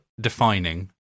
defining